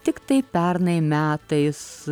tiktai pernai metais